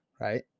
right